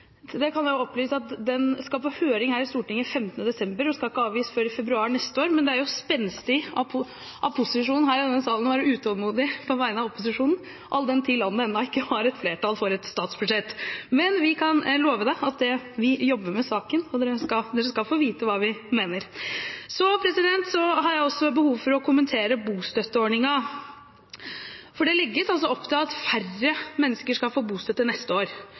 Til det kan jeg opplyse om at den skal på høring her i Stortinget den 15. desember, og innstilling skal ikke avgis før i februar neste år. Men det er spenstig av posisjonen her i denne salen å være utålmodig på vegne av opposisjonen, all den tid landet ennå ikke har et flertall for statsbudsjettet. Men vi kan love representanten Njåstad at vi jobber med saken, og at de skal få vite hva vi mener. Jeg har også behov for å kommentere bostøtteordningen, for det legges opp til at færre mennesker skal få bostøtte neste år.